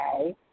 okay